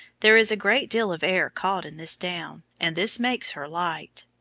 there is a great deal of air caught in this down, and this makes her light.